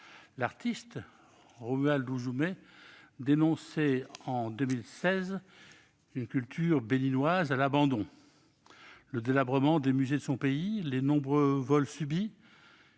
L'artiste Romuald Hazoumè dénonçait en 2016 une « culture béninoise à l'abandon », le délabrement des musées de son pays, les nombreux vols subis.